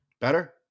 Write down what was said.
Better